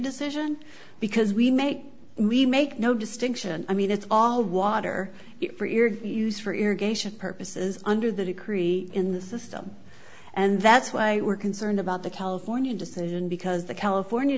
decision because we make we make no distinction i mean it's all water used for irrigation purposes under that a creek in the system and that's why we're concerned about the california decision because the california